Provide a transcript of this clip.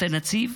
הנציב,